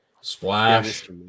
splash